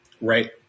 Right